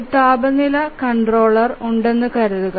ഒരു താപനില കൺട്രോളർ ഉണ്ടെന്ന് കരുതുക